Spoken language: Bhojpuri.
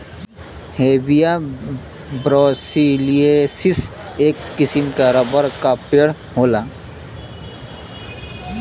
हेविया ब्रासिलिएन्सिस, एक किसिम क रबर क पेड़ होला